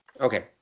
Okay